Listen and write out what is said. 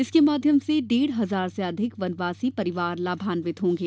इसके माध्यम से डेढ़ हजार से अधिक वनवासी परिवार लाभान्वित होंगे